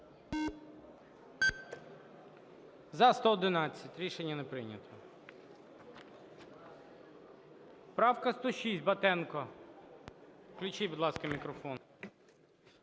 За-111 Рішення не прийнято. Правка 106, Батенко. Включіть, будь ласка, мікрофон.